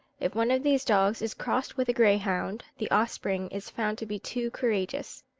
if one of these dogs is crossed with a greyhound, the offspring is found to be too courageous,